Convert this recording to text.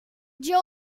joe